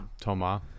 Thomas